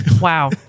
Wow